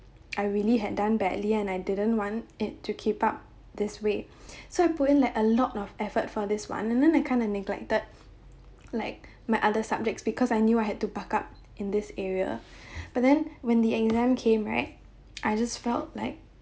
I really had done badly and I didn't want it to keep up this way so I put in like a lot of effort for this one and then I kind of neglected like my other subjects because I knew I had to buck up in this area but then when the exam came right I just felt like